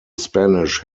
spanish